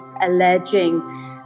alleging